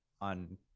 on